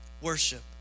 worship